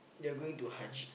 they're going to Haj